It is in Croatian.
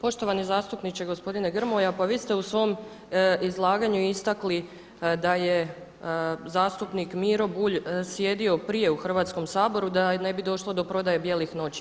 Poštovani zastupniče, gospodine Grmoja pa vi ste u svom izlaganju istakli da je zastupnik Miro Bulj sjedio prije u Hrvatskom saboru da ne bi došlo do prodaje bijelih noći.